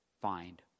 find